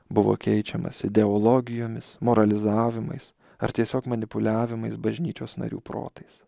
buvo keičiamas ideologijomis moralizavimais ar tiesiog manipuliavimais bažnyčios narių protais